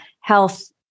health